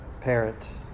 parent